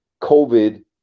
COVID